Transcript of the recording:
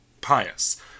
pious